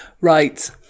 Right